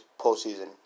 postseason